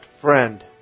friend